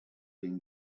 been